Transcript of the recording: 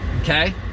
Okay